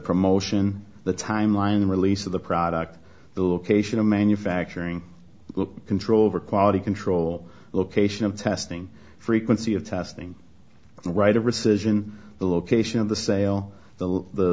promotion the timeline the release of the product the location of manufacturing control over quality control location of testing frequency of testing right of rescission the location of the sale the